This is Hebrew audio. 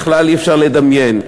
בכלל אי-אפשר לדמיין.